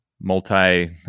multi